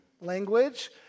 language